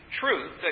truth